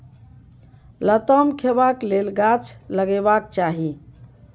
लताम खेबाक लेल गाछ लगेबाक चाही